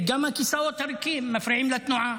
וגם הכיסאות הריקים מפריעים לתנועה.